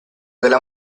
della